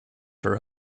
her